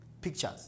pictures